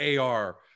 AR